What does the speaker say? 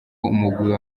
umugwi